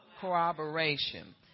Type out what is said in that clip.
corroboration